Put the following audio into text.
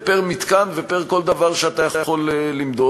פר-מתקן ופר כל דבר שאתה יכול למדוד.